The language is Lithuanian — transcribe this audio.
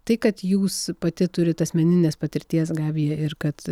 tai kad jūs pati turit asmeninės patirties gabija ir kad